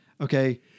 okay